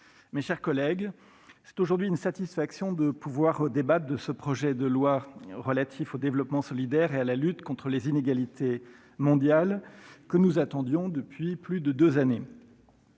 mes chers collègues, c'est aujourd'hui une satisfaction de pouvoir débattre de ce projet de loi relatif au développement solidaire et à la lutte contre les inégalités mondiales, que nous attendions depuis plus de deux années.